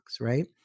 right